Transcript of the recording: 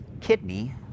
kidney